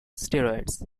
steroids